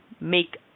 make